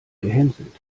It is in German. gehänselt